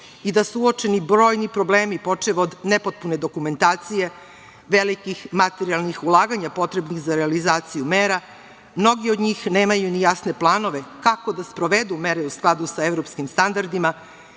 i da su uočeni brojni problemi, počev od nepotpune dokumentacije, velikih materijalnih ulaganja potrebnih za realizaciju mera, mnogi od njih nemaju ni jasne planove kako da sprovedu mere u skladu sa evropskim standardima,